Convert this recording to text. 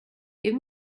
give